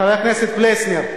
חבר הכנסת פלסנר,